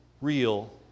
real